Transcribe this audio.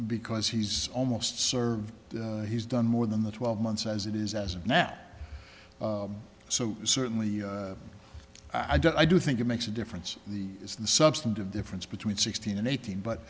because he's almost served he's done more than the twelve months as it is as of now so certainly i don't i do think it makes a difference the is the substantive difference between sixteen and eighteen but